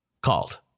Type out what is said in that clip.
called